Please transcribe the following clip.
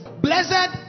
Blessed